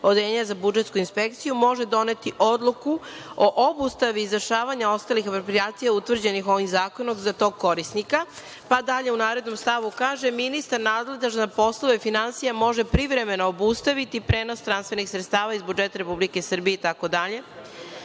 odeljenja za budžetsku inspekciju može doneti odluku o obustavi izvršavanja ostalih eksproprijacija utvrđenih ovim zakonom za tog korisnika. Pa dalje u narednom stavu kaže – ministar nadležan za poslove finansija može privremeno obustaviti prenos transfernih sredstava iz budžeta Republike Srbije itd.